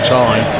time